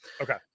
Okay